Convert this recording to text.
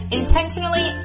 intentionally